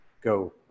go